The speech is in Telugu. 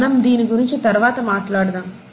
మనం దీని గురించి తర్వాత మాట్లాడదాము